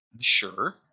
Sure